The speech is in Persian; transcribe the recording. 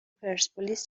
پرسپولیس